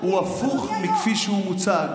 בעצם התיקון שלו הוא הפוך מכפי שהוא מוצג.